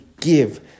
give